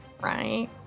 right